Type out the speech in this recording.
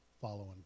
following